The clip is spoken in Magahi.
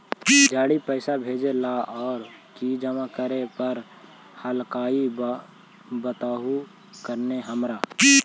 जड़ी पैसा भेजे ला और की जमा करे पर हक्काई बताहु करने हमारा?